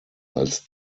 als